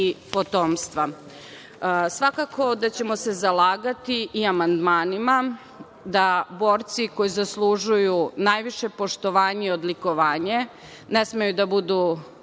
potomstva. Svakako da ćemo se zalagati i amandmanima da borci koji zaslužuju najviše poštovanje i odlikovanje ne smeju da budu